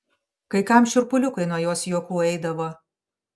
kai kam šiurpuliukai nuo jos juokų eidavo